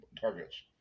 targets